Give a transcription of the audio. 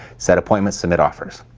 set appointments, submit offers.